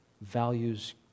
values